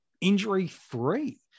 injury-free